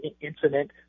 incident